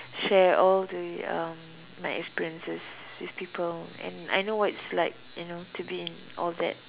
share all the uh my experiences with people and I know what it's like to you know be in all that